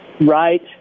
right